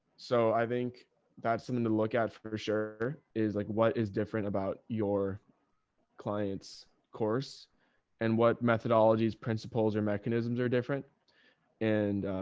so i think that's something to look at for sure is like, what is different about your clients course and what methodologies, principles, or mechanisms are different and,